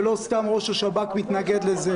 ולא סתם ראש השב"כ מתנגד לזה.